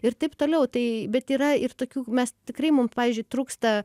ir taip toliau tai bet yra ir tokių mes tikrai mum pavyzdžiui trūksta